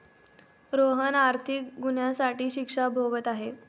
रोहन आर्थिक गुन्ह्यासाठी शिक्षा भोगत आहे